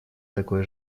такое